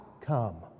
come